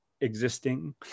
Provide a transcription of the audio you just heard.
existing